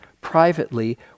privately